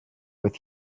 with